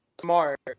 smart